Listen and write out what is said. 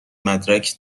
مدرک